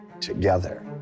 together